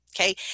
okay